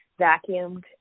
vacuumed